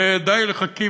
ודי לחכימא.